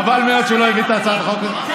חבל מאוד שלא הבאת את הצעת החוק הזאת.